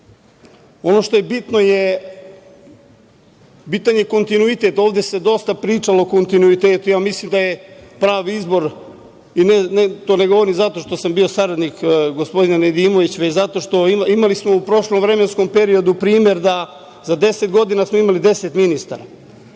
što je bitno, bitan je kontinuitet. Ovde se dosta pričalo o kontinuitetu. Ja mislim da je pravi izbor, to ne govorim zato što sam bio saradnik gospodina Nedimovića, već zato što smo imali u prošlom vremenskom periodu primer da za 10 godina smo imali 10 ministara.